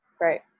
Right